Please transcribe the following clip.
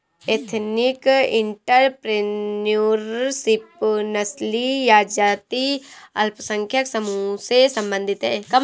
ethnic entrepreneurship नस्लीय या जातीय अल्पसंख्यक समूहों से संबंधित हैं